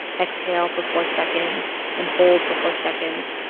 exhale for four seconds and hold for four seconds,